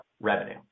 revenue